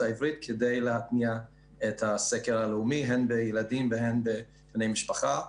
העברית כדי להתניע את הסקר הלאומי הן בילדים והן בבני משפחה.